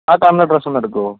ആ കാണുന്ന ഡ്രസ്സ് ഒന്ന് എടുക്കുമോ